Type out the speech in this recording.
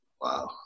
Wow